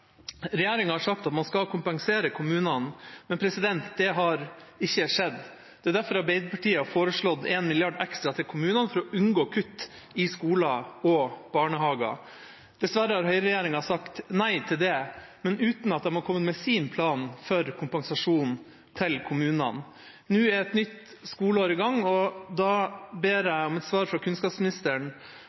Regjeringa har sagt at man skal kompensere kommunene, men det har ikke skjedd. Det er derfor Arbeiderpartiet har foreslått en milliard ekstra til kommunene for å unngå kutt i skoler og barnehager. Dessverre har høyreregjeringa sagt nei til det, men uten at de har kommet med sin plan for kompensasjon til kommunene. Nå er et nytt skoleår i gang, og da ber jeg om svar fra kunnskapsministeren